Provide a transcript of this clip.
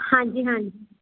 ਹਾਂਜੀ ਹਾਂਜੀ